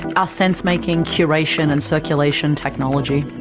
ah sense-making, curation, and circulation technology?